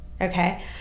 Okay